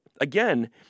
again